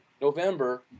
November